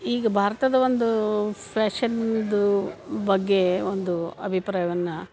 ಈಗ ಭಾರತದ ಒಂದು ಫ್ಯಾಷನ್ದು ಬಗ್ಗೆ ಒಂದು ಅಭಿಪ್ರಾಯವನ್ನು